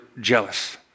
jealous